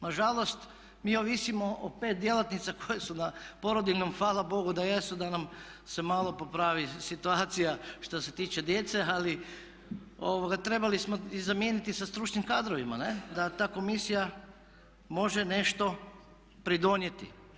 Nažalost, mi ovisimo o 5 djelatnica koje su na porodiljnom, hvala Bogu da jesu, da nam se malo popravi situacija što se tiče djece ali trebali smo ih zamijeniti sa stručnim kadrovima da ta komisija može nešto pridonijeti.